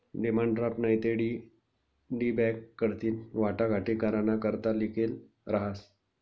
demand draft नैते DD bank कडथीन वाटाघाटी कराना करता लिखेल रहास